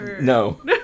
No